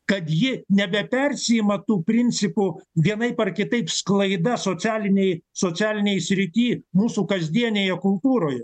kad ji nebe persiima tų principų vienaip ar kitaip sklaida socialinėj socialinėj srity mūsų kasdienėje kultūroje